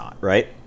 right